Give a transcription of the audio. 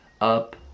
up